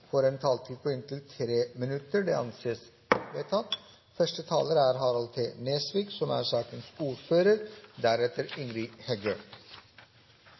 får en taletid på inntil 3 minutter. – Det anses vedtatt.